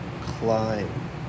climb